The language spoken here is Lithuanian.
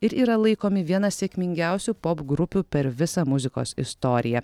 ir yra laikomi viena sėkmingiausių popgrupių per visą muzikos istoriją